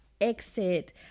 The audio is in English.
exit